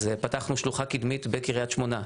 אז פתחנו שלוחה קדמית בקריית שמונה,